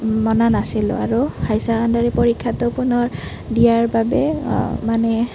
মনা নাছিলোঁ আৰু হায়াৰ ছেকেণ্ডেৰী পৰীক্ষাটো পুনৰ দিয়াৰ বাবে মানে